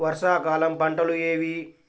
వర్షాకాలం పంటలు ఏవి?